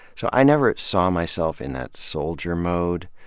so i never saw myself in that soldier mode.